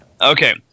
Okay